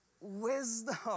Wisdom